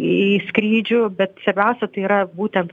į skrydžių bet svarbiausia tai yra būtent